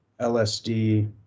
LSD